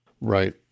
Right